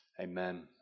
Amen